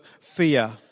fear